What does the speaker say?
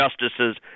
justices